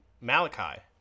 Malachi